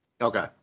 Okay